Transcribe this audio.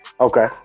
Okay